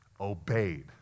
obeyed